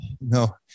No